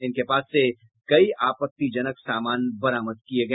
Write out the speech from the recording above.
इनके पास से कई आपत्तिजनक सामान बरामद किए गए